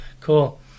cool